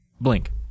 Blink